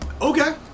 Okay